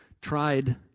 tried